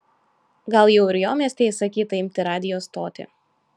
gal jau ir jo mieste įsakyta imti radijo stotį